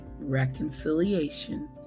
reconciliation